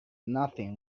nothing